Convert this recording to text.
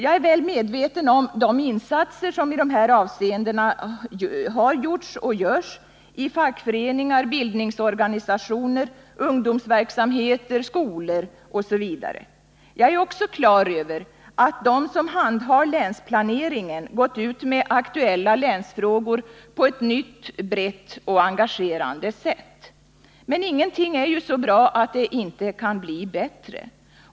Jag är väl medveten om de insatser som i detta avseende har gjorts och görs i fackföreningar, bildningsorganisationer, ungdomsverksamheter, skolor osv. Jag är också på det klara med att de som handhar länsplaneringen har gått ut med aktuella länsfrågor på ett nytt, brett och engagerande sätt. Men ingenting är så bra att det inte kan bli bättre.